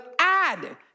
add